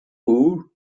poor